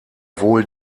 wohl